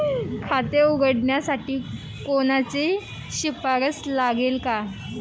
खाते उघडण्यासाठी कोणाची शिफारस लागेल का?